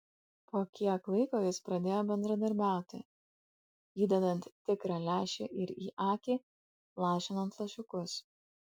po kiek laiko jis pradėjo bendradarbiauti įdedant tikrą lęšį ir į akį lašinant lašiukus